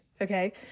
okay